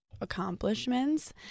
accomplishments